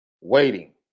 waiting